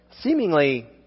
seemingly